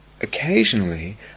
Occasionally